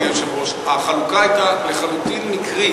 אדוני היושב-ראש: החלוקה הייתה לחלוטין מקרית.